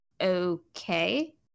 okay